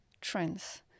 trends